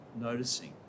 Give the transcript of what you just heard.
noticing